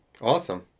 awesome